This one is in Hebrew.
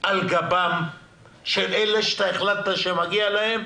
על גבם של אלה שאתה החלטת שמגיע להם,